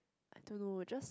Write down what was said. I don't know just